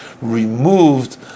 removed